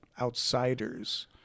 outsiders